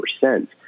percent